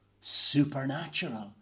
supernatural